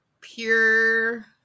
pure